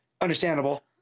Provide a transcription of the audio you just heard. understandable